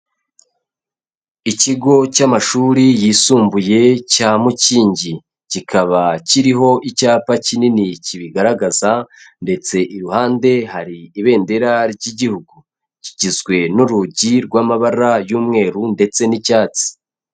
Ikigo cy'amashuri yisumbuye cya Mukingi, kikaba kiriho icyapa kinini kibigaragaza, ndetse iruhande hari ibendera ry'igihugu, kigizwe n'urugi rw'amabara y'umweru ndetse n'icyatsi.